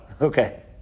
Okay